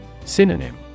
Synonym